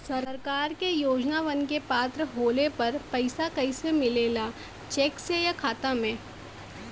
सरकार के योजनावन क पात्र होले पर पैसा कइसे मिले ला चेक से या खाता मे?